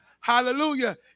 Hallelujah